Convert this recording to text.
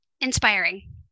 inspiring